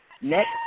Next